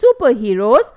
superheroes